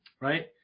right